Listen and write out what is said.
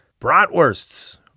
bratwursts